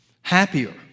happier